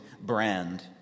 brand